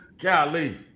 Golly